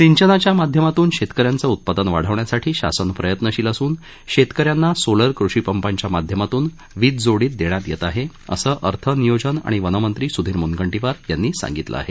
सिंचनाच्या माध्यमातून शेतक यांचं उत्पादन वाढवण्यासाठी शासन प्रयत्नशील असून शेतक यांना सोलर कृषी पंपांच्या माध्यमातून वीज जोडणी देण्यात येत आहे असं अर्थ नियोजन आणि वनमंत्री सुधीर मुनगंटीवार यांनी सांगितलं आहे